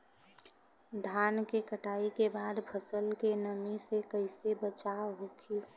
धान के कटाई के बाद फसल के नमी से कइसे बचाव होखि?